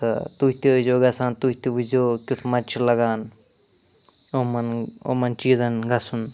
تہٕ تُہۍ تہِ ٲسِزیٛو گژھان تُہۍ تہِ وُچھزیٛو کیٛتھ مَزٕ چھُ لَگان یِمَن یِمَن چیٖزَن گژھُن